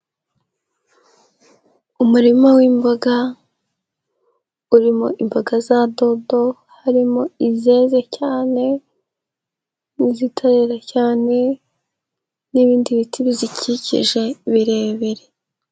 Umurima w'imboga urimo imboga za dodo, harimo izeze cyane n'izitarera cyane, n'ibindi biti bizikikije birebire.